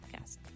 podcast